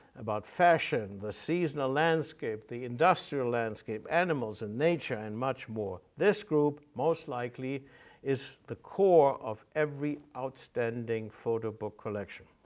about fashion, the seasonal landscape, the industrial landscape, animals and nature, and much more, this group most likely is the core of every outstanding photo-book collection.